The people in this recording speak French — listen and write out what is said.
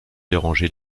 dérangé